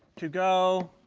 to go